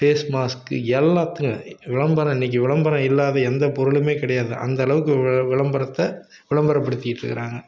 ஃபேஸ்மாஸ்க்கு எல்லாத்துலேயும் விளம்பரம் இன்றைக்கி விளம்பரம் இல்லாத எந்த பொருளும் கிடையாது அந்த அளவுக்கு வி விளம்பரத்தை விளம்பரப்படுத்திகிட்டு இருக்கிறாங்க